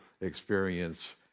experience